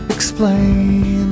Explain